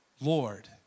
Lord